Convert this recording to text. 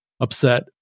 upset